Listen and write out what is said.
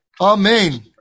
Amen